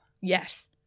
Yes